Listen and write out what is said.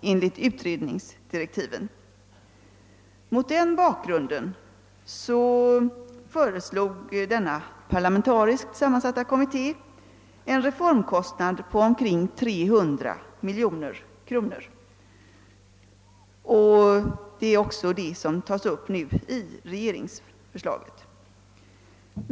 enligt sina direktiv. Mot denna bakgrund föreslog den parlamentariskt sammansatta kommittén en reformkostnad på omkring 300 miljoner kronor, och det är också denna summa som nu återkommer i regeringsförslaget.